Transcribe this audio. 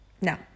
no